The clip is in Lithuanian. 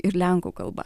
ir lenkų kalba